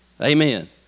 Amen